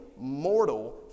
mortal